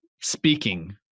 speaking